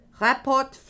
Rapport